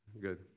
Good